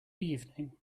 evening